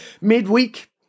midweek